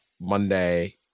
Monday